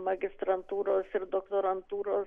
magistrantūros ir doktorantūros